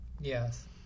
Yes